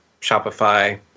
Shopify